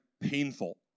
painful